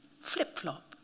flip-flop